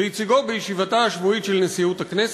"ויציגו בישיבתה השבועית של נשיאות הכנסת.